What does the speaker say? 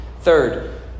Third